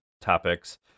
topics